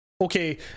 okay